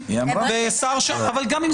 אדוני